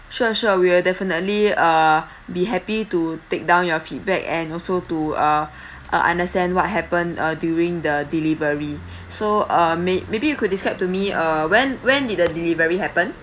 sure sure we'll definitely uh be happy to take down your feedback and also to uh uh understand what happened uh during the delivery so uh may~ maybe you could describe to me uh when when did the delivery happen